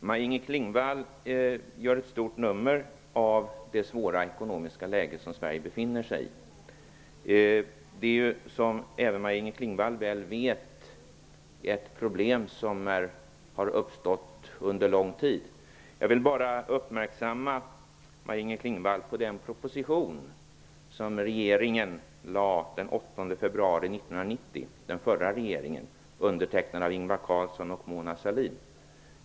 Maj-Inger Klingvall gör ett stort nummer av det svåra ekonomiska läge som Sverige befinner sig i. Det är ju, som även Maj-Inger Klingvall väl vet, ett problem som har uppstått under lång tid. Jag vill bara uppmärksamma Maj-Inger Klingvall på den proposition som den socialdemokratiska regeringen lade fram den 8 februari 1990, undertecknad av Ingvar Carlsson och Mona Sahlin.